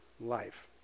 life